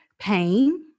pain